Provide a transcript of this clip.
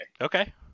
Okay